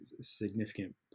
significant